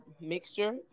mixture